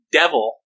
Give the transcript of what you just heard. devil